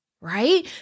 right